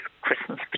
Christmas